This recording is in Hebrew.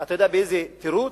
אתה יודע באיזה תירוץ,